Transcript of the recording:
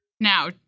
Now